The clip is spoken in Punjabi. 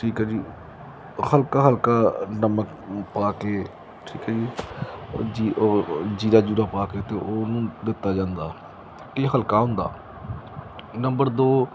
ਠੀਕ ਹੈ ਜੀ ਹਲਕਾ ਹਲਕਾ ਨਮਕ ਪਾ ਕੇ ਠੀਕ ਹੈ ਔਰ ਜੀ ਉਹ ਜੀਰਾ ਜੁਰਾ ਪਾ ਕੇ ਅਤੇ ਉਹ ਉਹਨੂੰ ਦਿੱਤਾ ਜਾਂਦਾ ਕਿ ਹਲਕਾ ਹੁੰਦਾ ਨੰਬਰ ਦੋ